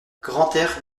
grantaire